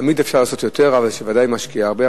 תמיד אפשר לעשות יותר, אבל ודאי הוא משקיע הרבה.